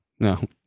No